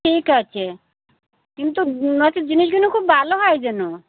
ঠিক আছে কিন্তু নাচ জিনিসগুলো খুব ভালো হয় যেন